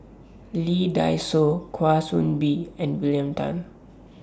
Lee Dai Soh Kwa Soon Bee and William Tan